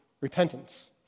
repentance